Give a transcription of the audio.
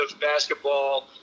basketball